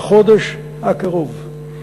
בחודש הקרוב.